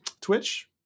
Twitch